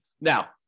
Now